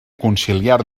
conciliar